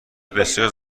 بسیاری